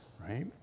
right